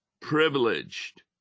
privileged